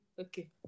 Okay